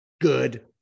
good